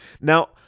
Now